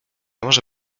może